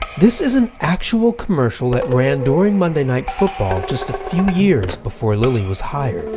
this is an actual commercial that ran during monday night football just a few years before lilly was hired.